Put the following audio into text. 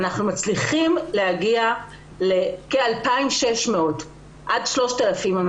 אנחנו מצליחים להגיע לכ-2,600 עד 3,000 גברים